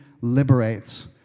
liberates